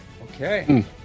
Okay